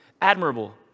admirable